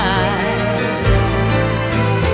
eyes